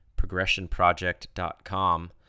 progressionproject.com